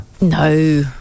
no